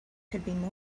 could